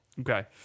Okay